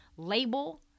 label